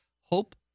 hope